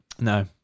No